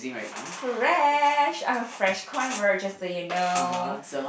fresh I'm a fresh convert just that you know